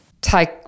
Take